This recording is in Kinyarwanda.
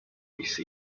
isi